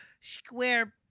square